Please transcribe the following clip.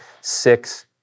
six